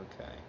Okay